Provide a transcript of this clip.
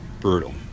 brutal